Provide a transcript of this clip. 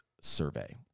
survey